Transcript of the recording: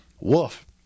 woof